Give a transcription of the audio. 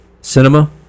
cinema